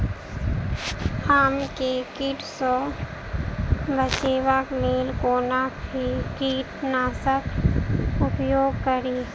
आम केँ कीट सऽ बचेबाक लेल कोना कीट नाशक उपयोग करि?